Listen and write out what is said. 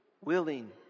willing